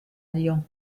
lyon